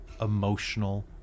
emotional